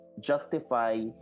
justify